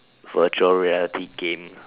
virtual reality game